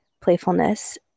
playfulness